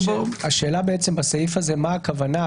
השאלה היא מה הכוונה בסעיף הזה.